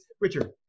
Richard